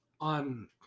On